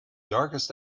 darkest